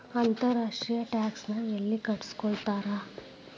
ಅಂತರ್ ರಾಷ್ಟ್ರೇಯ ಟ್ಯಾಕ್ಸ್ ನ ಯೆಲ್ಲಿ ಕಟ್ಟಸ್ಕೊತಾರ್?